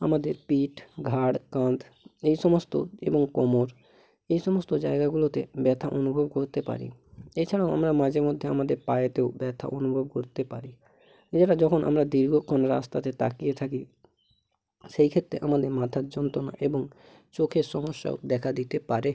আমাদের পিঠ ঘাড় কাঁধ এই সমস্ত এবং কোমর এই সমস্ত জায়গাগুলোতে ব্যথা অনুভব করতে পারি এছাড়াও আমরা মাঝে মধ্যে আমাদের পায়েতেও ব্যথা অনুভব করতে পারি এবারে যখন আমরা দীর্ঘক্ষণ রাস্তাতে তাকিয়ে থাকি সেই ক্ষেত্রে আমাদের মাথার যন্ত্রণা এবং চোখের সমস্যাও দেখা দিতে পারে